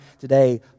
today